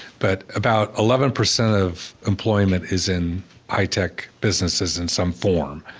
but about eleven percent of employment is in high tech businesses in some form.